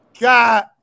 God